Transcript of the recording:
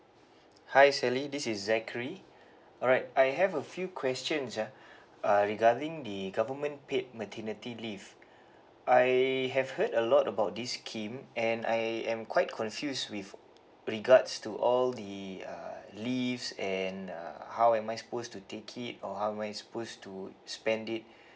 hi sally this is zachary alright I have a few questions ya uh regarding the government paid maternity leave I have heard a lot about this scheme and I am quite confused with regards to all the uh leaves and uh how am I supposed to take it or how am I supposed to spend it